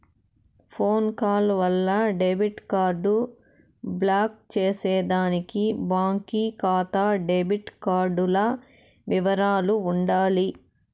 phone call వల్ల debit card block చేసేదానికి బాంకీ కాతా డెబిట్ కార్డుల ఇవరాలు ఉండాల